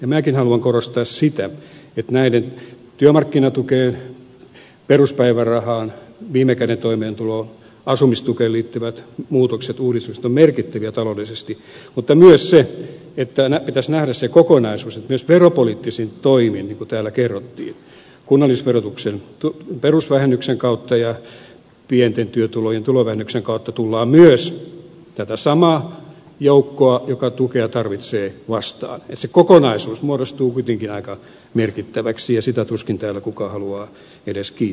minäkin haluan korostaa sitä että työmarkkinatukeen peruspäivärahaan viime käden toimeentuloon asumistukeen liittyvät muutokset uudistukset ovat merkittäviä taloudellisesti mutta myös se että pitäisi nähdä se kokonaisuus että myös veropoliittisin toimin niin kuin täällä kerrottiin kunnallisverotuksen perusvähennyksen kautta ja pienten työtulojen tulovähennyksen kautta tullaan myös tätä samaa joukkoa joka tukea tarvitsee vastaan että se kokonaisuus muodostuu kuitenkin aika merkittäväksi ja sitä tuskin täällä kukaan haluaa edes kiistää